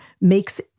makes